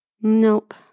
Nope